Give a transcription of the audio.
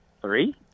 Three